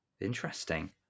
interesting